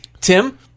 Tim